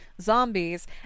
zombies